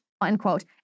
unquote